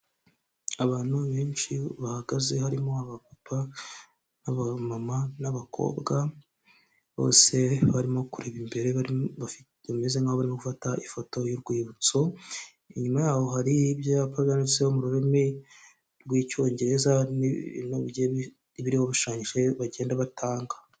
Abantu benshi bahagaze harimo abapapa n'abamama n'abakobwa bose barimo kureba imbere bameze nk'aho bari gufata ifoto y'urwibutso, inyuma yaho hariyo abyapa byanditseho mu rurimi rw'icyongereza n'ibiriho bishushanyije bagenda batanga.